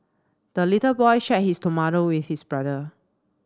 the little boy share his tomato with his brother